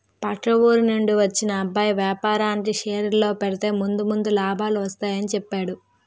పక్క ఊరి నుండి వచ్చిన అబ్బాయి వేపారానికి షేర్లలో పెడితే ముందు ముందు లాభాలు వస్తాయని చెప్పేడు